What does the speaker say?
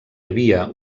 havia